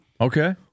Okay